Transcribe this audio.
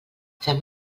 fem